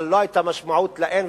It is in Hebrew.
אבל לא היתה משמעות לאין.